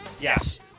Yes